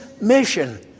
mission